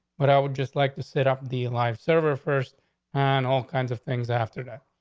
but i would just like to set up the live server first and all kinds of things after that.